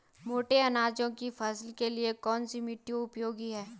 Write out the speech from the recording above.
मोटे अनाज की फसल के लिए कौन सी मिट्टी उपयोगी है?